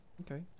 okay